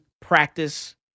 practice